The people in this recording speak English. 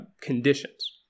conditions